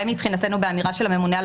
מבחינתנו די באמירה של הממונה על